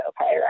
okay